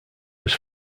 was